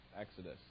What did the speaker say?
exodus